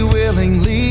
willingly